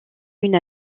une